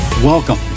Welcome